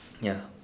ya